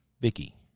Vicky